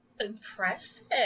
impressive